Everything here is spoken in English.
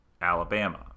alabama